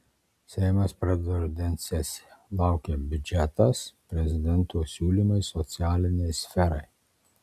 seimas pradeda rudens sesiją laukia biudžetas prezidento siūlymai socialinei sferai